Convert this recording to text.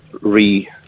Re